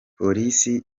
polisi